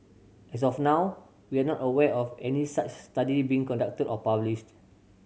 as of now we are not aware of any such study being conducted or published